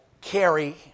carry